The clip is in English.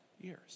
years